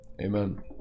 amen